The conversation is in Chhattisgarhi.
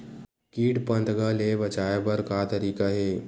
कीट पंतगा ले बचाय बर का तरीका हे?